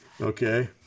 Okay